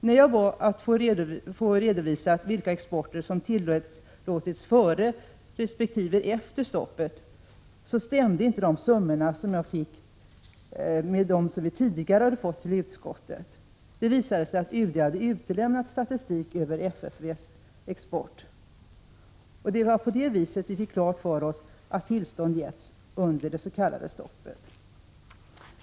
När jag bad att få redovisat vilken export som tillåtits före resp. efter stoppet stämde inte de summor som jag fick med dem vi tidigare fått i utskottet. Det visade sig att UD hade utelämnat statistik över FFV:s export. Det var på det viset vi fick klart för oss att tillstånd getts under det s.k. stoppet.